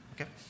Okay